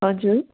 हजुर